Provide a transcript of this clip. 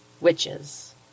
Witches